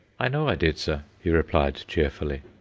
i know i did, sir, he replied, cheerfully.